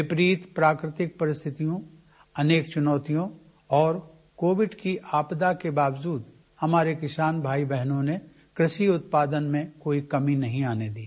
विपरीत प्राकृतिक परिस्थितियों में अनेक चुनौतियों और कोविड की आपदा के बावजूद हमारे किसान भाई बहनों ने कृषि उत्पादन में कोई कमी नहीं आने दी